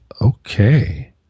okay